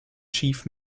chief